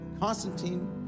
constantine